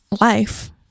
life